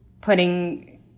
putting